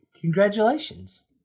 Congratulations